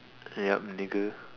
yup nigger